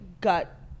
gut